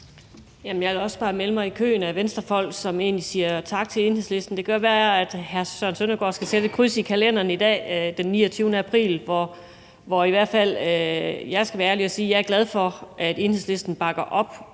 Jeg vil også bare melde mig i køen af venstrefolk, som egentlig siger tak til Enhedslisten. Det kan godt være, at hr. Søren Søndergaard skal sætte et kryds i kalenderen i dag, den 29. april, hvor jeg i hvert fald skal være